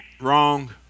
Wrong